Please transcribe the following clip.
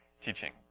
teaching